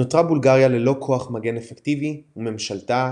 נותרה בולגריה ללא כוח מגן אפקטיבי וממשלתה